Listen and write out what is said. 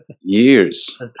years